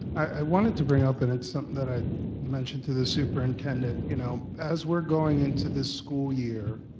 i wanted to bring up, and it's something that i mentioned to the superintendent you know as we're going into this school year,